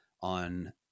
on